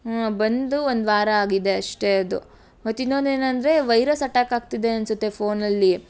ಹ್ಞೂ ಬಂದು ಒಂದು ವಾರ ಆಗಿದೆ ಅಷ್ಟೇ ಅದು ಮತ್ತು ಇನ್ನೊಂದೇನಂದರೆ ವೈರಸ್ ಅಟ್ಯಾಕ್ ಆಗ್ತಿದೆ ಅನಿಸುತ್ತೆ ಫೋನಲ್ಲಿ